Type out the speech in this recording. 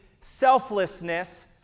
selflessness